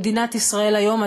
במדינת ישראל היום,